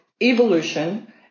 evolution